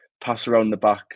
pass-around-the-back